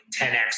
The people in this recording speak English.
10x